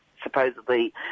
supposedly